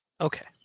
Okay